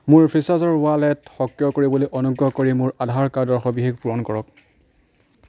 মোৰ ফ্ৰীচাৰ্জৰ ৱালেট সক্ৰিয় কৰিবলৈ অনুগ্ৰহ কৰি মোৰ আধাৰ কাৰ্ডৰ সৱিশেষ পূৰণ কৰক